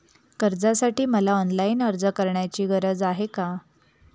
कर्जासाठी मला ऑनलाईन अर्ज करण्याची गरज आहे का?